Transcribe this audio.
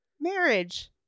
Marriage